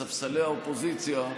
ספסלי האופוזיציה,